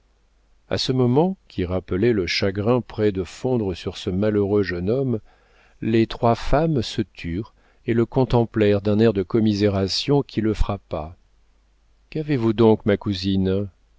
a ce mot qui rappelait le chagrin près de fondre sur ce malheureux jeune homme les trois femmes se turent et le contemplèrent d'un air de commisération qui le frappa qu'avez-vous donc ma cousine